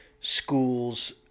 schools